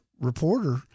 reporter